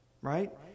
right